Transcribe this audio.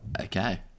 Okay